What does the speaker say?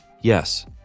Yes